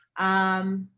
um,